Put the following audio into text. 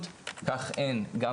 כמו שאין במשרד הבריאות,